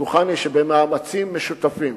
ובטוחני שבמאמצים משותפים,